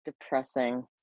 depressing